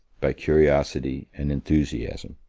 by curiosity and enthusiasm.